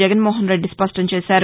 జగన్మోహన్రెడ్డి స్పష్టం చేశారు